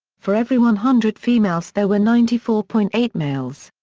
for every one hundred females there were ninety four point eight males.